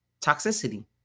toxicity